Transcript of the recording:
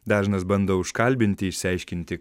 dažnas bando užkalbinti išsiaiškinti